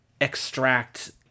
extract